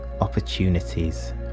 opportunities